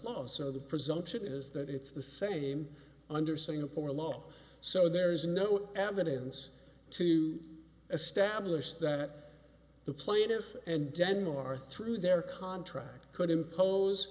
law so the presumption is that it's the same under singapore low so there is no evidence to establish that the plaintiff and denmark through their contract could impose